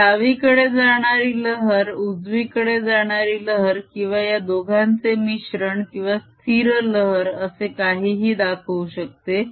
हे डावीकडे जाणारी लहर उजवीकडे जाणारी लहर किंवा या दोघांचे मिश्रण किंवा स्थिर लहर असे काहीही दाखवू शकतो